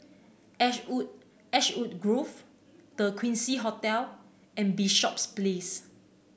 Ashwood Ashwood Grove The Quincy Hotel and Bishops Place